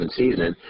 season